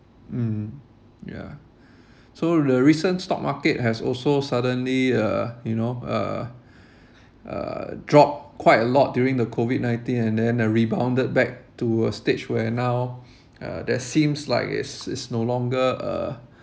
mm yeah so the recent stock market has also suddenly uh you know uh uh dropped quite a lot during the COVID nineteen and then rebounded back to a stage where now uh there seems like it's it's no longer a